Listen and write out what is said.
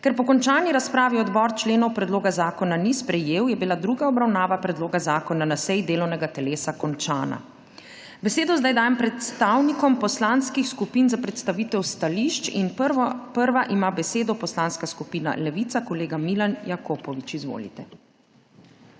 Ker po končani razpravi odbor členov predloga zakona ni sprejel, je bila druga obravnava predloga zakona na seji delovnega telesa končana. Besedo dajem predstavnikom poslanskih skupin za predstavitev stališč. Kot prva ima besedo Poslanska skupina Levica. Gospod Milan Jakopovič, izvolite.